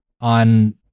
on